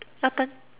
your turn